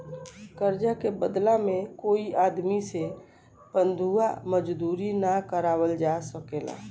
कर्जा के बदला में कोई आदमी से बंधुआ मजदूरी ना करावल जा सकेला